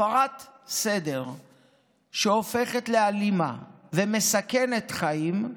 הפרת סדר שהופכת לאלימה ומסכנת חיים,